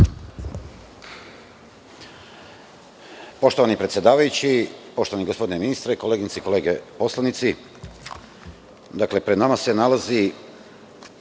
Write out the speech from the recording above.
Poštovani predsedavajući, poštovani gospodine ministre, koleginice i kolege poslanici, pred nama se nalazi